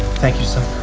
thank you, son.